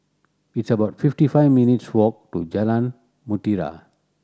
it's about fifty five minutes' walk to Jalan Mutiara